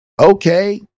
okay